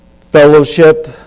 fellowship